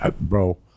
bro